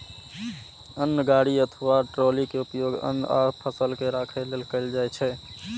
अन्न गाड़ी अथवा ट्रॉली के उपयोग अन्न आ फसल के राखै लेल कैल जाइ छै